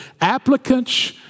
applicants